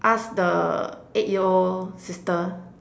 ask the eight year old sister